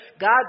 god